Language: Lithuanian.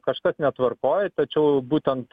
kažkas netvarkoj tačiau būtent